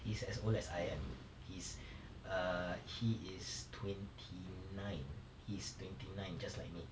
he is as old as I am he's err he is twenty nine he's twenty nine just like me